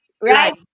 right